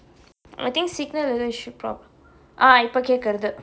I think signal issue prob~ ah இப்ப கேட்கிறது:ippa kaedkkirathu